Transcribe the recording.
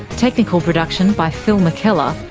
technical production by phil mckellar,